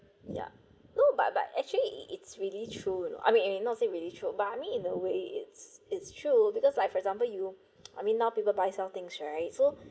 ya no but but actually it's really true you know I mean eh not say really true but I mean in a way it's it's true because like for example you I mean now people buy sell things right so